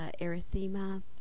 erythema